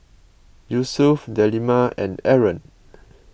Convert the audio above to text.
Yusuf Delima and Aaron